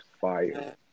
fire